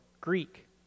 Greek